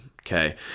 okay